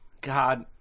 God